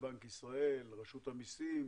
בנק ישראל, רשות המיסים